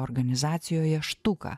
organizacijoje štuka